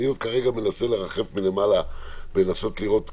אני עוד כרגע מנסה לרחף מלמעלה לנסות לראות כיוון,